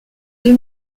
deux